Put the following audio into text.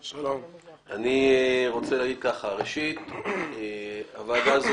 קודם כול אני אומר שאנחנו בוועדת הפנים